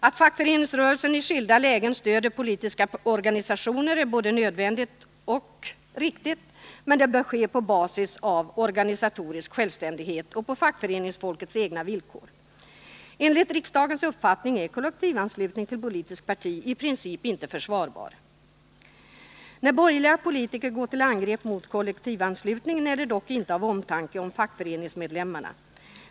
Att fackföreningsrörelsen i skilda lägen stöder politiska organisationer är både nödvändigt och riktigt, men det bör ske på basis av organisatorisk självständighet och på fackföreningsfolkets egna villkor. Enligt riksdagens uppfattning är kollektivanslutning till politiskt parti i princip inte försvarbar. När borgerliga politiker går till angrepp mot kollektivanslutningen är det dock inte av omtanke om fackföreningsmedlemmarna.